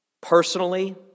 Personally